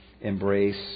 embrace